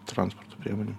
transporto priemonėm